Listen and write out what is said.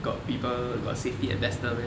got people got safety ambassador meh